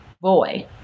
boy